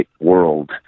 world